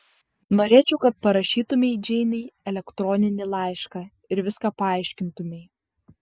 norėčiau kad parašytumei džeinei elektroninį laišką ir viską paaiškintumei